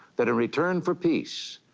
that in return for peace,